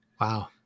wow